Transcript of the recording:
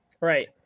right